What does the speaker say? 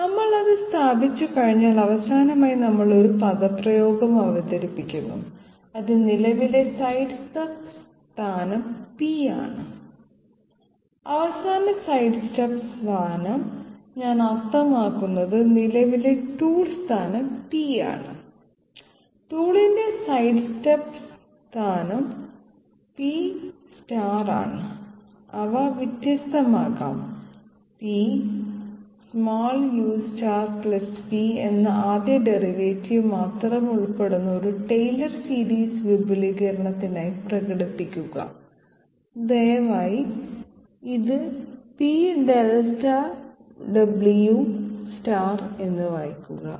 നമ്മൾ അത് സ്ഥാപിച്ചുകഴിഞ്ഞാൽ അവസാനമായി നമ്മൾ ഒരു പദപ്രയോഗം അവതരിപ്പിക്കുന്നു അത് നിലവിലെ സൈഡ്സ്റ്റെപ്പ് സ്ഥാനം P ആണ് അവസാന സൈഡ്സ്റ്റെപ്പ് സ്ഥാനം ഞാൻ അർത്ഥമാക്കുന്നത് നിലവിലെ ടൂൾ സ്ഥാനം P ആണ് ടൂളിന്റെ സൈഡ്സ്റ്റെപ്പ് സ്ഥാനം P ആണ് അവ വ്യത്യസ്തമാകാം P ̇ u P എന്ന ആദ്യ ഡെറിവേറ്റീവ് മാത്രം ഉൾപ്പെടുന്ന ഒരു ടെയ്ലർ സീരീസ് വിപുലീകരണമായി പ്രകടിപ്പിക്കുക ദയവായി ഇത് P ̇Δw എന്ന് വായിക്കുക